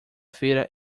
feira